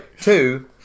Two